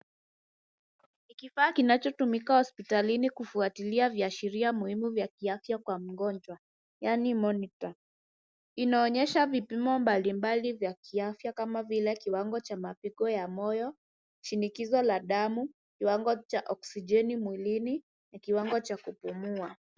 Ni kifaa kinachotumika hospitalini kufuatilia viashiria muhimu vya kiafya kwa mgonjwa, yaani monitor . Inaonyesha vipimo mbali mbali vya kiafya kama vile, kiwango cha mapigo ya moyo, shinikizo la damu, kiwango cha okisijeni mwilini, na kiwango cha kupumua.